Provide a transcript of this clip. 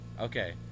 Okay